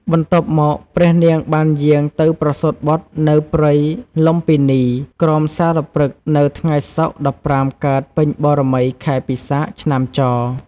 បន្ទាប់មក ព្រះនាងបានយាងទៅប្រសូតបុត្រនៅព្រៃលុម្ពិនី ក្រោមសាលព្រឹក្ស នៅថ្ងៃសុក្រ ១៥ កើតពេញបូណ៌មី ខែពិសាខ ឆ្នាំច។